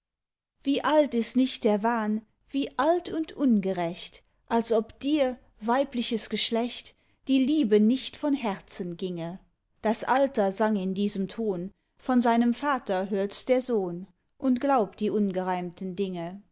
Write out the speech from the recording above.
wie alt ist nicht der wahn wie alt und ungerecht als ob dir weibliches geschlecht die liebe nicht von herzen ginge das alter sang in diesem ton von seinem vater hörts der sohn und glaubt die ungereimten dinge